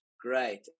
Great